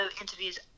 interviews